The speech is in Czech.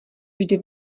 vždy